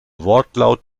wortlaut